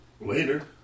Later